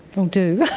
oh do!